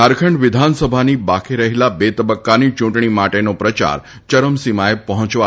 ઝારખંડ વિધાનસભાની બાકી રહેલા બે તબક્કાની ચૂંટણી માટેનો પ્રયાર ચરમસીમાએ પહોંચવા લાગ્યો